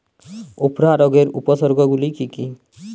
উফরা রোগের উপসর্গগুলি কি কি?